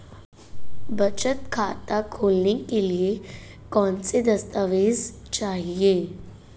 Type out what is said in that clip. बचत खाता खोलने के लिए कौनसे दस्तावेज़ चाहिए?